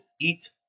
Eat